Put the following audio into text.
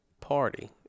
party